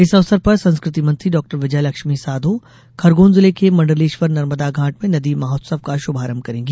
इस अवसर पर संस्कृति मंत्री डहू विजयलक्ष्मी साधी खरगौन जिले के मण्डलेश्वर नर्मदा घाट में नदी महोत्सव का शुभारंभ करेंगी